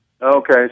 Okay